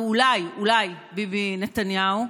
ואולי אולי ביבי נתניהו.